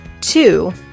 Two